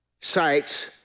sites